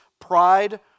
pride